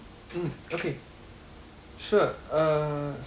mm okay sure uh